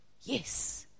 yes